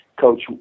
Coach